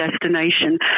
destination